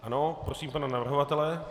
Ano, prosím pana navrhovatele.